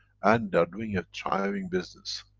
and are doing a thriving business,